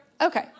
Okay